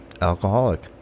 alcoholic